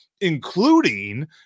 including